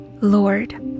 Lord